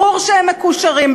ברור שהם מקושרים.